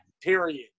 period